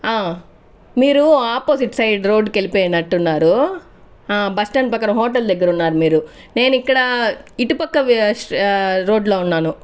మీరు opposite side రోడ్డుకి వెళ్లిపోయినట్టు ఉన్నారు బస్ స్టాండ్ పక్కన హోటల్ దగ్గర ఉన్నారు మీరు నేను ఇక్కడ ఇటు పక్క వే రోడ్డులో ఉన్నాను